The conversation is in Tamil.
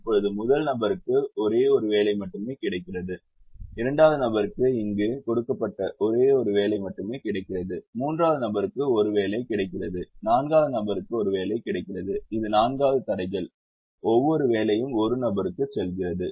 இப்போது முதல் நபருக்கு ஒரே ஒரு வேலை மட்டுமே கிடைக்கிறது இரண்டாவது நபருக்கு இங்கு கொடுக்கப்பட்ட ஒரே ஒரு வேலை மட்டுமே கிடைக்கிறது மூன்றாவது நபருக்கு ஒரு வேலை கிடைக்கிறது நான்காவது நபருக்கு ஒரு வேலை கிடைக்கிறது இது நான்காவது தடைகள் ஒவ்வொரு வேலையும் ஒரு நபருக்கு செல்கிறது